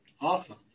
Awesome